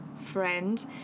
friend